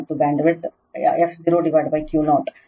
ಮತ್ತು bandwidth f0Q0 1006